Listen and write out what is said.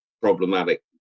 problematic